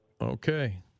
Okay